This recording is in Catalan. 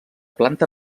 planta